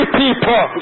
people